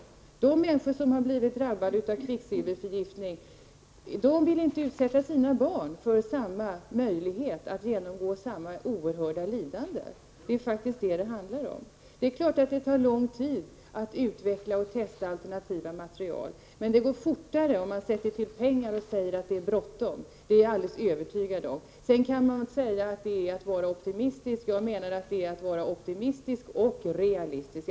De människor som har blivit drabbade av kvicksilverförgiftning vill inte utsätta sina barn för risken att behöva genomgå samma oerhörda lidande — det är faktiskt vad det handlar om. Det är klart att det tar lång tid att utveckla och testa alternativa material, men det går fortare om man sätter till pengar och säger att det är bråttom — det är jag övertygad om. Sedan kan man säga att det är att vara optimistisk. Jag menar att det är att vara optimistisk och realistisk.